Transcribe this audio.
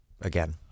again